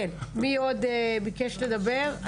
מי עוד ביקש לדבר?